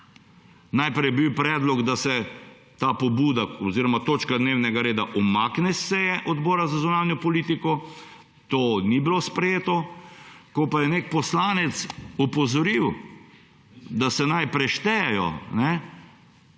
Najprej je bil predlog, da se ta točka dnevnega reda umakne s seje Odbora za zunanjo politiko. To ni bilo sprejeto. Ko pa je nek poslanec opozoril, da se naj preštejejo,